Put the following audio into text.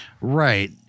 Right